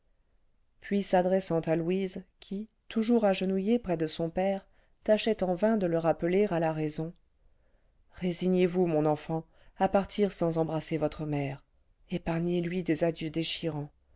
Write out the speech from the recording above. puis s'adressant à louise qui toujours agenouillée près de son père tâchait en vain de le rappeler à la raison résignez-vous mon enfant à partir sans embrasser votre mère épargnez lui des adieux déchirants